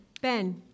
Ben